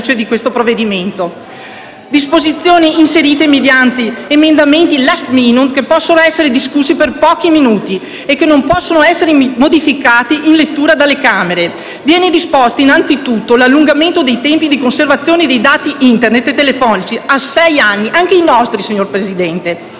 Disposizioni inserite mediante emendamenti *last minute* che possono essere discussi per pochi minuti e che non possono essere modificati dall'altra Camera. Viene disposto innanzi tutto l'allungamento dei tempi di conservazione dei dati Internet e telefonici a sei anni - anche i nostri, signor Presidente